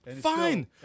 Fine